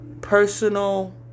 personal